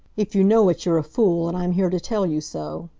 if you know it you're a fool, and i'm here to tell you so.